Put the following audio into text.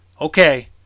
okay